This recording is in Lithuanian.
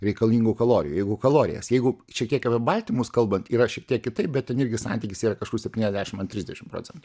reikalingų kalorijų jeigu kalorijas jeigu šiek tiek yra baltymus kalbant yra šiek tiek kitaip bet irgi santykis yra kažkur septyniasdešim an trisdešim procentų